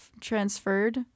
transferred